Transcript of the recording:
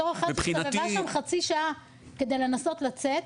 בתור אחת שהסתובבה שם חצי שעה כדי לנסות לצאת,